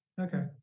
Okay